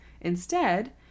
Instead-